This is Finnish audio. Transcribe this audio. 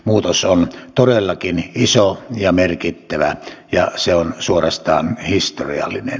muutos on todellakin iso ja merkittävä ja se on suorastaan historiallinen